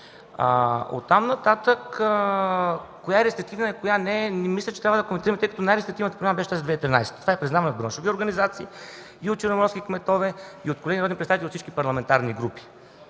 От там нататък коя е рестриктивна и коя не, не мисля, че трябва да коментираме, тъй като най-рестриктивната програма беше през 2013 г. Това е признаването на браншови организации и от черноморски кметове, и от колеги народни представители от всички парламентарни групи.